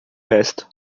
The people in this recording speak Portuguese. resto